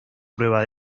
prueba